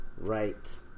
right